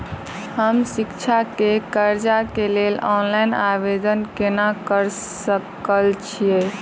हम शिक्षा केँ कर्जा केँ लेल ऑनलाइन आवेदन केना करऽ सकल छीयै?